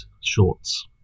shorts